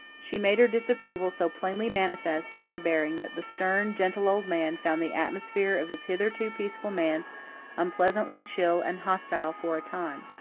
she made her disapproval so plainly manifest in her bearing that the stern, gentle old man found the atmosphere of his hitherto peaceful manse unpleasantly chill and hostile for a time.